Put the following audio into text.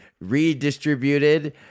redistributed